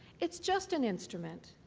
it's just an instrument.